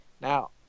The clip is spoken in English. Now